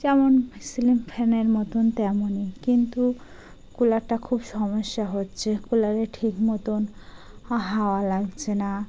যেমন শিলিং ফ্যানের মতন তেমনই কিন্তু কুলারটা খুব সমস্যা হচ্ছে কুলারের ঠিক মতন হাওয়া লাগছে না